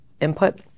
input